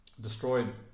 Destroyed